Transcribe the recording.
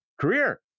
career